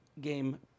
game